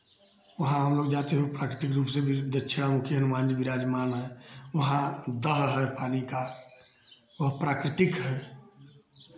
वहाँ हमलोग जाते हैं प्राकृतिक रूप से भी दक्षिण मुखी हनुमान जी विराजमान हैं वहाँ दह है पानी का वह प्राकृतिक है